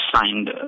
signed